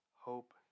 hope